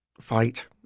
fight